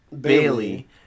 Bailey